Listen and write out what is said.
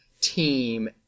team